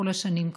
כל השנים,